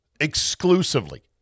exclusively